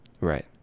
Right